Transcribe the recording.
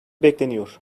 bekleniyor